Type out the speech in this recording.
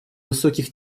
высоких